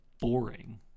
boring